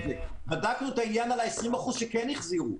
בדקנו את העניין על 20% שכן החזירו.